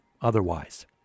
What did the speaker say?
otherwise